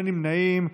אין נמנעים.